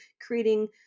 creating